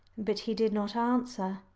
but he did not answer.